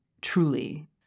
truly